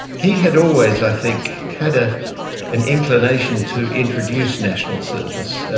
he had always i think had ah an inclination to introduce national service.